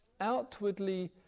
outwardly